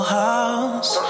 house